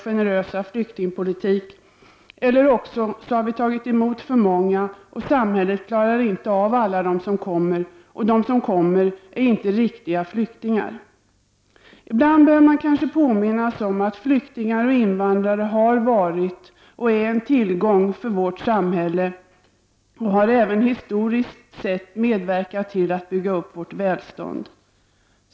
Sverige har skärpt sin tidigare generösa flyktingpolitik, samhället klarar inte av alla dem som kommer, och de som kommer är inte riktiga flyktingar. Ibland behöver man kanske påminnas om att flyktingar och invandrare har varit och är en tillgång för vårt samhälle, och de har även historiskt sett medverkat till att bygga upp vårt välstånd.